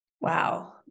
Wow